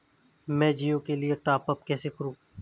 मैं जिओ के लिए टॉप अप कैसे करूँ?